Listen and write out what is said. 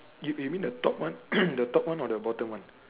you you mean the top one the top one or the bottom one